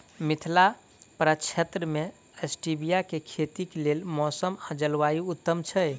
मिथिला प्रक्षेत्र मे स्टीबिया केँ खेतीक लेल मौसम आ जलवायु उत्तम छै?